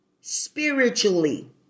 spiritually